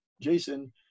Jason